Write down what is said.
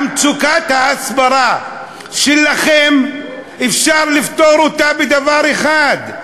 מצוקת ההסברה שלכם, אפשר לפתור אותה בדבר אחד: